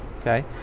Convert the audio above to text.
Okay